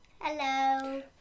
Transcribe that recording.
Hello